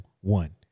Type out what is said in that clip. one